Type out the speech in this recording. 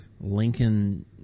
Lincoln